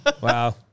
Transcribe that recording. Wow